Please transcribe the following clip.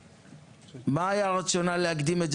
מה היה הרציונל להקדים את הזמנים?